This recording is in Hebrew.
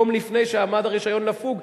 יום לפני שעמד הרשיון לפוג,